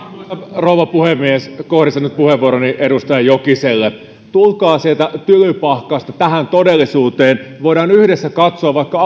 rouva puhemies minä kohdistan nyt puheenvuoroni edustaja jokiselle tulkaa sieltä tylypahkasta tähän todellisuuteen voidaan yhdessä katsoa vaikka